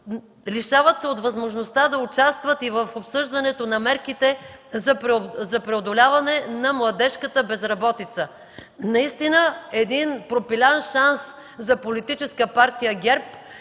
Лишават се от възможността да участват и в обсъждането на мерките за преодоляване на младежката безработица. Наистина пропилян шанс за Политическа партия ГЕРБ